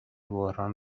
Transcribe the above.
بحران